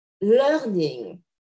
learning